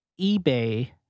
eBay